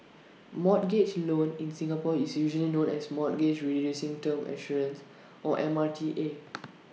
mortgage loan in Singapore is usually known as mortgage reducing term assurance or M R T A